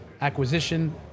acquisition